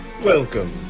Welcome